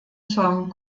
song